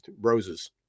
roses